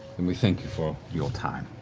and we thank you for your time.